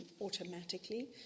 automatically